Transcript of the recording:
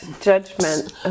Judgment